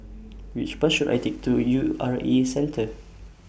Which Bus should I Take to U R A Centre